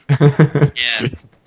Yes